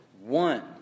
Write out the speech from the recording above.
One